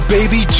Baby